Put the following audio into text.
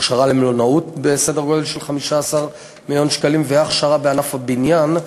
הכשרה למלונאות בסדר גודל של 15 מיליון שקלים והכשרה בענף הבניין: